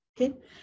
Okay